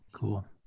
Cool